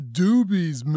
doobies